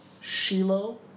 Shiloh